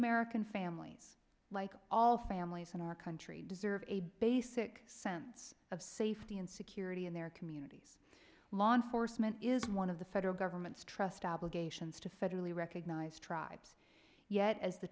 american families like all families in our country deserve a basic sense of safety and security in their communities law enforcement is one of the federal government's trust obligations to federally recognized tribes yet as the